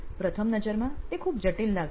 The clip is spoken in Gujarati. પ્રથમ નજરમાં તે ખૂબ જટિલ લાગે છે